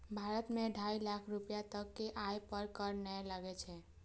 भारत मे ढाइ लाख रुपैया तक के आय पर कर नै लागै छै